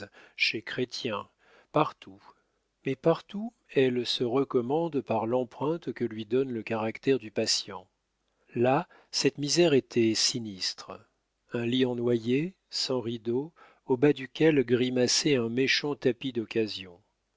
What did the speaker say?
chez chrestien partout mais partout elle se recommande par l'empreinte que lui donne le caractère du patient là cette misère était sinistre un lit en noyer sans rideaux au bas duquel grimaçait un méchant tapis d'occasion